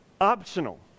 optional